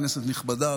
כנסת נכבדה,